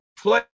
play